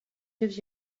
gives